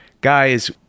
guys